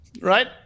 right